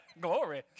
Glory